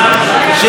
הינה,